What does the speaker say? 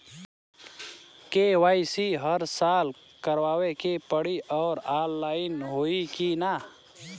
KYC हर साल करवावे के पड़ी और ऑनलाइन होई की ना?